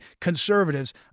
conservatives